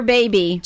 Baby